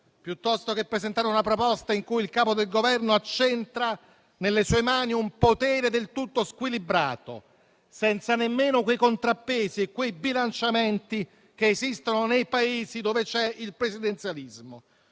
piuttosto che presentare una proposta in cui il capo del Governo accentra nelle sue mani un potere del tutto squilibrato, senza nemmeno i contrappesi e i bilanciamenti che esistono nei Paesi dove c'è il presidenzialismo.